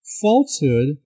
falsehood